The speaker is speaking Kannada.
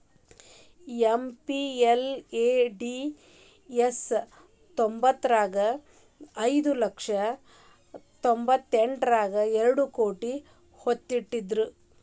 ಎಂ.ಪಿ.ಎಲ್.ಎ.ಡಿ.ಎಸ್ ತ್ತೊಂಬತ್ಮುರ್ರಗ ಐದು ಲಕ್ಷ ತೊಂಬತ್ತೆಂಟರಗಾ ಎರಡ್ ಕೋಟಿ ಕೊಡ್ತ್ತಿದ್ರು